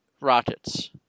Rockets